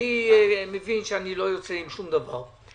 אני מבין שאני לא יוצא עם שום דבר.